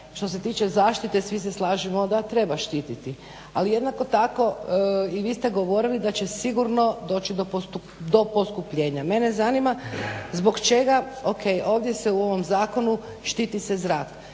što se tiče zaštite svi se slažemo da treba štititi ali jednako tako i vi ste govorili da će sigurno doći do poskupljenja. Mene zanima zbog čega, ok ovdje se u ovom zakonu štiti se zrak,